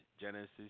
Genesis